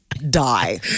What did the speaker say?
die